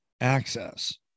access